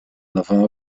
nową